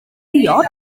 diod